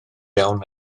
iawn